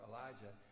Elijah